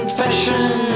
fashion